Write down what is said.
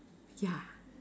ya